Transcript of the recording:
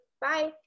Bye